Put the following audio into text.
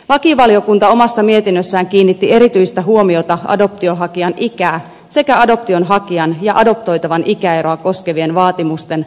lakivaliokunta omassa mietinnössään kiinnitti erityistä huomiota adoptionhakijan ikään sekä adoptionhakijan ja adoptoitavan ikäeroa koskevien vaatimusten poikkeusperusteisiin